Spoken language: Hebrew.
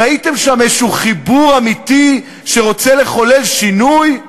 ראיתם שם איזה חיבור אמיתי שרוצה לחולל שינוי?